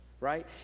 right